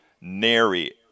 nary